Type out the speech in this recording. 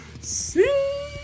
See